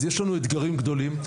יש לנו אתגרים גדולים.